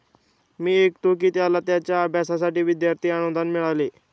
मी ऐकतो की त्याला त्याच्या अभ्यासासाठी विद्यार्थी अनुदान मिळाले